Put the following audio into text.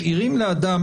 משאירים לאדם